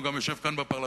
גם הוא יושב כאן בפרלמנט,